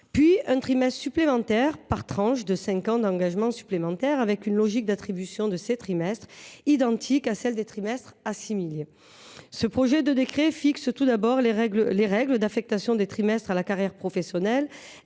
puis d’un trimestre supplémentaire par tranche de cinq ans d’engagement, selon une logique d’attribution identique à celle des trimestres assimilés. Le projet de décret fixe, tout d’abord, les règles d’affectation des trimestres à la carrière professionnelle,